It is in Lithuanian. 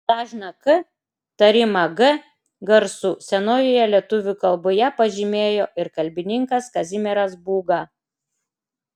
dažną k tarimą g garsu senojoje lietuvių kalboje pažymėjo ir kalbininkas kazimieras būga